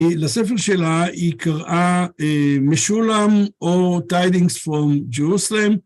לספר שלה היא קראה משולם, or Tidings from Jerusalem.